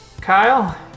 Kyle